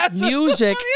music